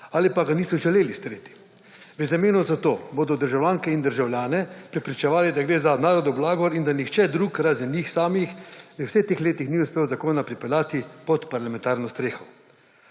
Ali pa ga niso želeli streti. V zameno za to bodo državljanke in državljane prepričevali, da gre za narodov blagor in da nihče drugi razen njih samih v vseh teh letih ni uspel zakona pripeljati pod parlamentarno streho.